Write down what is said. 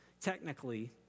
Technically